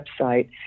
website